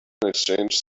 exchanged